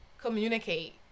communicate